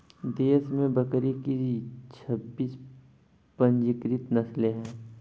देश में बकरी की छब्बीस पंजीकृत नस्लें हैं